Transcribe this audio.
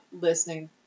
listening